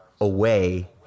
away